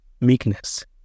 meekness